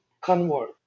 convert